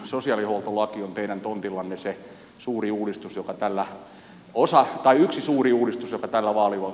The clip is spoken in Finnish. sosiaalihuoltolaki on teidän tontillanne yksi suuri uudistus joka tällä vaalikaudella viedään läpi